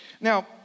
Now